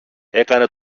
έκανε